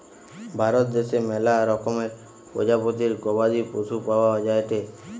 ভারত দ্যাশে ম্যালা রকমের প্রজাতির গবাদি পশু পাওয়া যায়টে